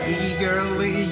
eagerly